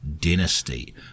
Dynasty